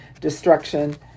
destruction